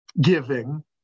giving